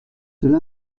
cela